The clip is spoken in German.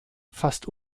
fast